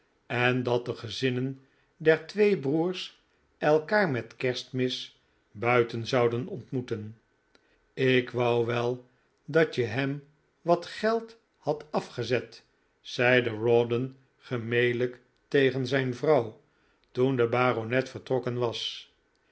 en dat de gezinnen der twee broers elkaar met kerstmis buiten zouden ontmoeten ik wou wel dat je hem wat geld had afgezet zeide rawdon gemelijk tegen zijnvrouw toen de baronet vertrokken was